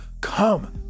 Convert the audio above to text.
come